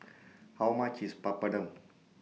How much IS Papadum